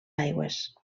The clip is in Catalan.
aigües